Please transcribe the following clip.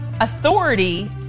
authority